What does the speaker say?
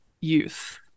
youth